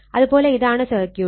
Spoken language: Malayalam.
അത് പോലെ ഇതാണ് സർക്യൂട്ട്